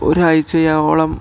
ഒരാഴ്ചയോളം